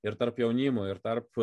ir tarp jaunimo ir tarp